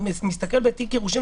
אני מסתכל בתיק גירושים,